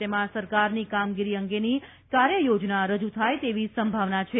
તેમાં સરકારની કામગીરી અંગેની કાર્યયોજના રજૂ થાય તેવી સંભાવના છે